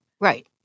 right